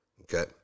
Okay